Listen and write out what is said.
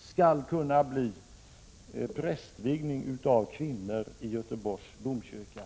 skall kunna bli prästvigning av kvinnor i Göteborgs domkyrka.